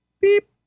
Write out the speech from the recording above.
Beep